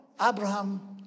Abraham